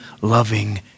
loving